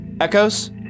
echoes